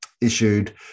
issued